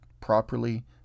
properly